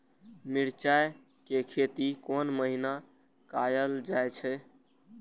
मिरचाय के खेती कोन महीना कायल जाय छै?